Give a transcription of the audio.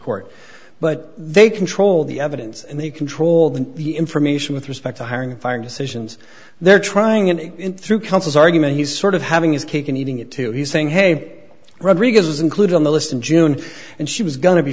court but they control the evidence and they control the information with respect to hiring and firing decisions they're trying it in through counsel's argument he's sort of having his cake and eating it too he's saying hey rodriguez was included on the list in june and she was going to be